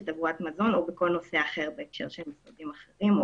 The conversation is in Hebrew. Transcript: של תברואת מזון או בכל נושא אחר בהקשר של משרדים אחרים.